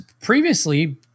previously